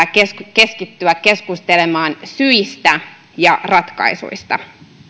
keskittyä keskustelemaan syistä ja ratkaisuista